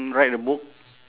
write a book